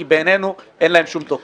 כי בעינינו אין להם שום תוקף.